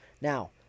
Now